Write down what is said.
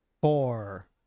four